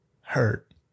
hurt